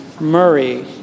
Murray